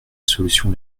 solution